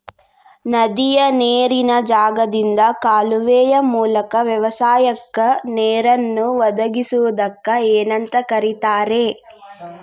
ನದಿಯ ನೇರಿನ ಜಾಗದಿಂದ ಕಾಲುವೆಯ ಮೂಲಕ ವ್ಯವಸಾಯಕ್ಕ ನೇರನ್ನು ಒದಗಿಸುವುದಕ್ಕ ಏನಂತ ಕರಿತಾರೇ?